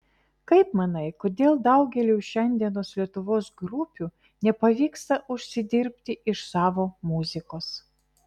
kaip manai kodėl daugeliui šiandienos lietuvos grupių nepavyksta užsidirbti iš savo muzikos